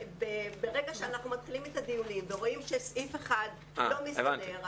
ברגע שאנחנו מתחילים את הדיונים ורואים שסעיף אחד פתאום מסתדר,